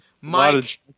Mike